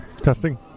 testing